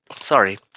sorry